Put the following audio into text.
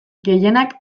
gehienak